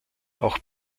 auch